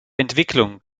entwicklung